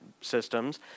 systems